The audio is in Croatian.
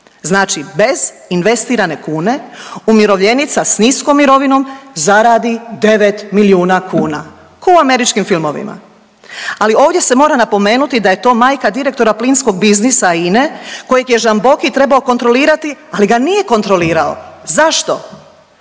znači bez investirane kune umirovljenica s niskom mirovinom zaradi devet milijuna kuna, ko u američkim filmovima. Ali ovdje se mora napomenuti da je to majka direktora plinskog biznisa INA-e kojeg je Žamboki trebao kontrolirati, ali ga nije kontrolirao. Zašto?